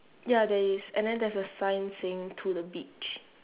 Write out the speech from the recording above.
ya there is and then there's a sign saying to the beach